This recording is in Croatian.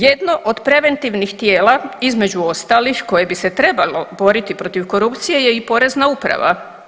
Jedno od preventivnih tijela između ostalih koje bi se trebalo boriti protiv korupcije je i Porezna uprava.